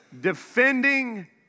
Defending